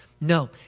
No